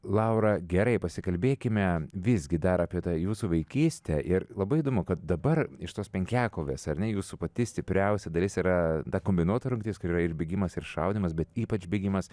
laura gerai pasikalbėkime visgi dar apie tą jūsų vaikystę ir labai įdomu kad dabar iš tos penkiakovės ar ne jūsų pati stipriausia dalis yra ta kombinuota rungtis kur yra ir bėgimas ir šaudymas bet ypač bėgimas